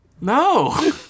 No